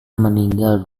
meninggal